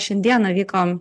šiandieną vyko